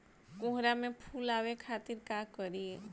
कोहड़ा में फुल आवे खातिर का करी?